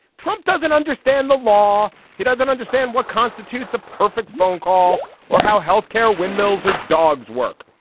trump doesn't understand the law. he doesn't understand what constitutes a perfect phone call or how health care windmills or dogs work.